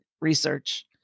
research